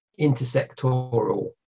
intersectoral